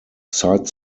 site